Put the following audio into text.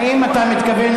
האם אתה מתכוון,